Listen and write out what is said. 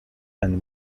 ein